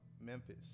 Memphis